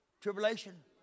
Tribulation